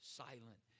silent